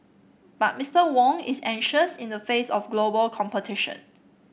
but Mister Wong is anxious in the face of global competition